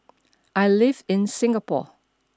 I live in Singapore